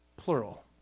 Plural